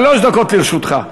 שלוש דקות לרשותך.